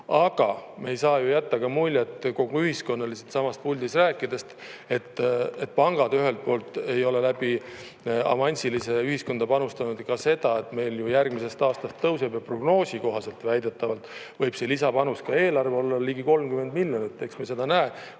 Aga me ei saa ju jätta ka muljet kogu ühiskonnale siitsamast puldist rääkides, et pangad ühelt poolt ei ole läbi avansilise ühiskonda panustanud, ka seda, et see meil järgmisest aastast tõuseb. Ja prognoosi kohaselt väidetavalt võib see lisapanus ka eelarve olla ligi 30 miljonit. Eks me seda näe,